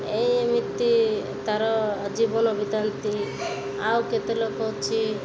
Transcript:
ଏଇ ଏମିତି ତାର ଜୀବନ ବିତାନ୍ତି ଆଉ କେତେ ଲୋକ ଅଛି